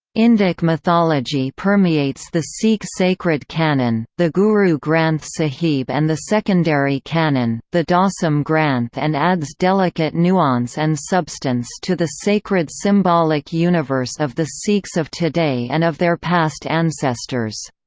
indic mythology permeates the sikh sacred canon, the guru granth sahib and the secondary canon, the dasam granth and adds delicate nuance and substance to the sacred symbolic universe of the sikhs of today and of their past ancestors.